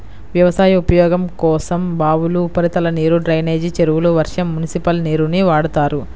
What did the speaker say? వ్యవసాయ ఉపయోగం కోసం బావులు, ఉపరితల నీరు, డ్రైనేజీ చెరువులు, వర్షం, మునిసిపల్ నీరుని వాడతారు